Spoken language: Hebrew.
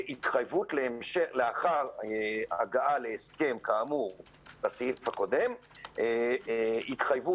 לאחר הגעה להסכם כאמור בסעיף הקודם,